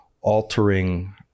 altering